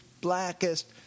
blackest